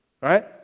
right